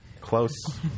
Close